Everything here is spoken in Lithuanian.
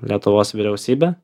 lietuvos vyriausybė